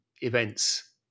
events